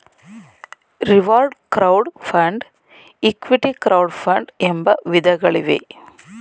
reward crowd fund, equity crowd fund ಎಂಬ ವಿಧಗಳಿವೆ